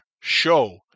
show